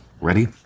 Ready